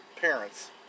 parents